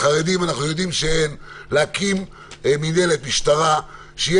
לחרדים אנחנו יודעים שאין להקים מינהלת משטרה שתהיה